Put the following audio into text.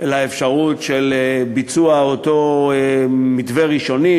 לאפשרות של ביצוע אותו מתווה ראשוני,